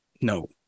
No